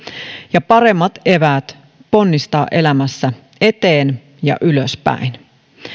ja paremmat eväät ponnistaa elämässä eteen ja ylöspäin